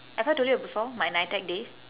have I told you before my nitec day